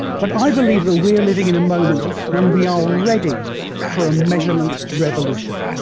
but i believe that we're living in a moment when we are ready for a measurement revolution.